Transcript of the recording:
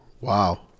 Wow